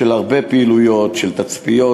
הרבה פעילויות של תצפיות,